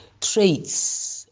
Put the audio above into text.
traits